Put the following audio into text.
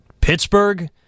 Pittsburgh